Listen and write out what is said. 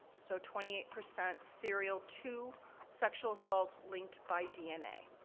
so, twenty eight percent serial two sexual assaults linked by dna.